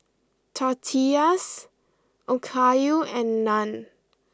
Tortillas Okayu and Naan